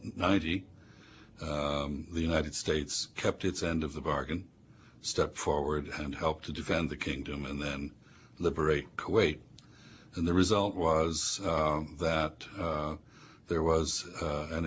ninety the united states kept its end of the bargain step forward and help to defend the kingdom and then liberate kuwait and the result was that there was